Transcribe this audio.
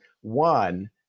one